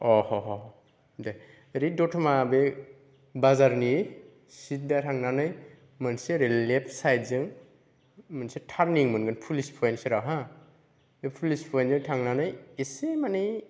अहह दे बे दतमा बे बाजारनि सिदा थांनानै मोनसे ओरै लेफ्ट साइडजों मोनसे टार्निं मोनगोन पुलिस पयेन्ट सेराव हा बे पुलिस पयेन्टजों थांनानै एसे माने